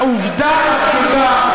העובדה הפשוטה,